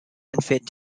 unfit